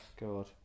god